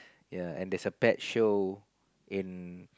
yea and there's a pet show in